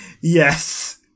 Yes